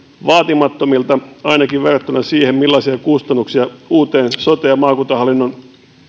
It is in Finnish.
vaatimattomilta ainakin verrattuna siihen millaisia kustannuksia uuteen soteen ja maakuntahallintoon